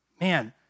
Man